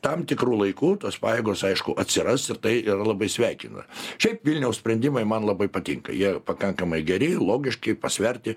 tam tikru laiku tos pajėgos aišku atsiras ir tai yra labai sveikina čia vilniaus sprendimai man labai patinka jie pakankamai geri logiškai pasverti